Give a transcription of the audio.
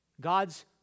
God's